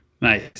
Nice